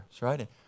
right